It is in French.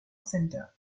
center